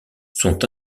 sont